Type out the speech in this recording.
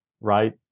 right